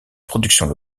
productions